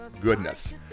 goodness